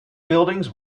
buildings